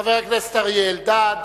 חבר הכנסת אריה אלדד,